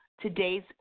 today's